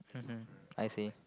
mmhmm I see